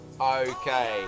Okay